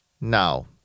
Now